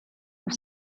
have